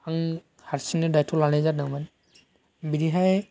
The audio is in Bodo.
आं हारसिंनो दाइथ' लानाय जादोंमोन बिदिहाय